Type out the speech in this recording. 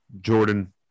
Jordan